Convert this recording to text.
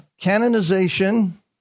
canonization